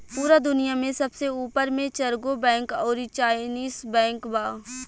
पूरा दुनिया में सबसे ऊपर मे चरगो बैंक अउरी चाइनीस बैंक बा